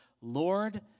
Lord